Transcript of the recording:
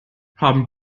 haben